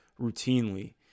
routinely